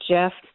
Jeff